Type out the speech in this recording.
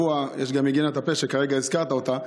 יש גם היגיינת הפה שכרגע הזכרת אותה.